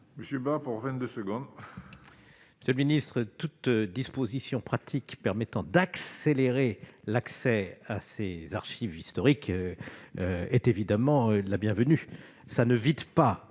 Monsieur le secrétaire d'État, toute disposition pratique permettant d'accélérer l'accès aux archives historiques est évidemment la bienvenue.